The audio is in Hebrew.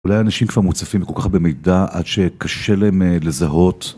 אולי אנשים כבר מוצפים בכל כך במידה עד שקשה להם לזהות